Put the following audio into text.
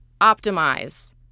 optimize